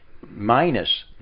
minus